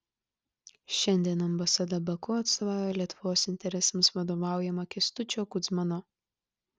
šiandien ambasada baku atstovauja lietuvos interesams vadovaujama kęstučio kudzmano